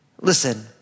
listen